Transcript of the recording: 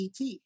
ET